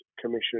Commission